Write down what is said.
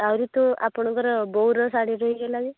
ଆହୁରି ତ ଆପଣଙ୍କର ବୋଉର ଶାଢ଼ୀ ରହିଗଲାଣି